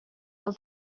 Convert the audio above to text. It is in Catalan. del